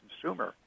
consumer